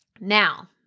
Now